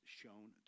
shown